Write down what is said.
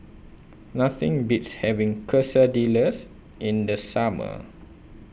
Nothing Beats having Quesadillas in The Summer